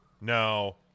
No